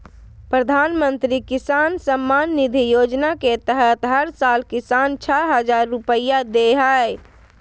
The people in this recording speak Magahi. प्रधानमंत्री किसान सम्मान निधि योजना के तहत हर साल किसान, छह हजार रुपैया दे हइ